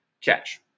catch